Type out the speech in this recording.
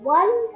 one